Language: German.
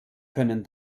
können